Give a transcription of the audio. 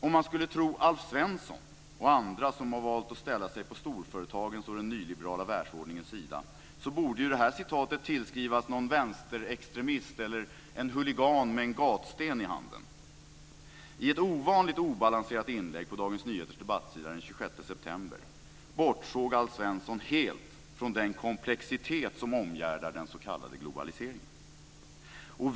Om man skulle tro Alf Svensson och andra som har valt att ställa sig på storföretagens och den nyliberala världsordningens sida borde ju det här citatet tillskrivas någon vänsterextremist eller en huligan med gatsten i hand. I ett ovanligt obalanserat inlägg på Dagens Nyheters debattsida den 26 september bortsåg Alf Svensson helt från den komplexitet som omgärdar den s.k. globaliseringen.